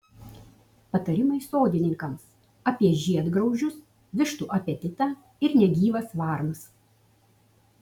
patarimai sodininkams apie žiedgraužius vištų apetitą ir negyvas varnas